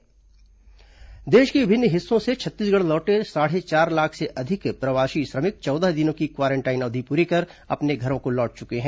quarantine श्रमिक देश के विभिन्न हिस्सों से छत्तीसगढ़ लौटे साढ़े चार लाख से अधिक प्रवासी श्रमिक चौदह दिनों की क्वारेंटाइन अवधि पूरी कर अपने घर लौट चुके हैं